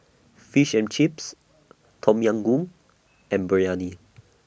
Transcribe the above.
Fish and Chips Tom Yam Goong and Biryani